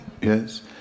Yes